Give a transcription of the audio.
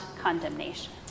condemnation